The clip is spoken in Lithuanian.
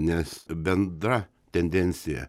nes bendra tendencija